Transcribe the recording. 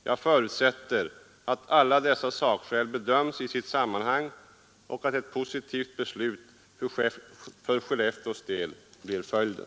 Jag förutsätter att alla dessa sakskäl bedöms i sitt sammanhang och att ett positivt beslut för Skellefteås del blir följden.